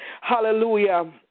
hallelujah